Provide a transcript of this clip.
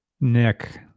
Nick